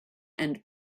and